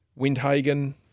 Windhagen